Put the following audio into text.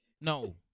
No